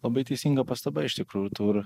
labai teisinga pastaba iš tikrųjų tų ir